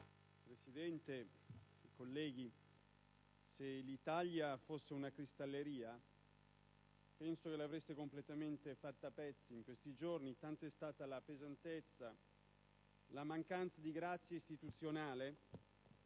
Presidente, onorevoli colleghi, se l'Italia fosse una cristalleria penso che l'avreste fatta completamente a pezzi in questi giorni, tanta è stata la pesantezza, la mancanza di grazia istituzionale